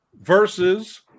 versus